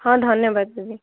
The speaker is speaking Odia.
ହଁ ଧନ୍ୟବାଦ ଦିଦି